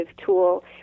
tool